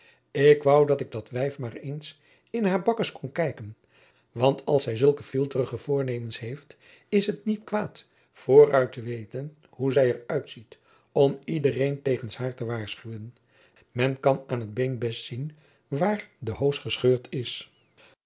ik woû dat ik dat wijf maar eens in haar bakkes kon kijken want als zij zulke fielterige voornemens heeft is t niet kwaad vooruit te weten hoe zij er uitziet om iedereen tegens haar te waarschuwen men kan aan t been best zien waar de hoos gescheurd is